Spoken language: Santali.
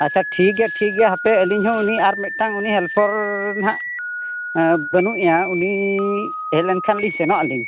ᱟᱪᱪᱷᱟ ᱴᱷᱤᱠ ᱜᱮᱭᱟ ᱴᱷᱤᱠ ᱜᱮᱭᱟ ᱦᱟᱯᱮ ᱟᱹᱞᱤᱧ ᱦᱚᱸ ᱩᱱᱤ ᱟᱨ ᱢᱤᱫᱴᱟᱝ ᱩᱱᱤ ᱦᱮᱞᱯᱟᱨ ᱦᱟᱸᱜ ᱵᱟᱹᱱᱩᱜ ᱮᱭᱟ ᱩᱱᱤ ᱦᱮᱡ ᱞᱮᱱᱠᱷᱟᱱ ᱞᱤᱧ ᱥᱮᱱᱚᱜ ᱟᱹᱞᱤᱧ